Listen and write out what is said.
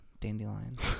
dandelions